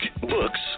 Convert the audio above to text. books